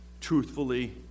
truthfully